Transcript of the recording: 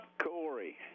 Corey